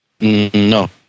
No